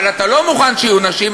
אבל אתה לא מוכן שיהיו נשים,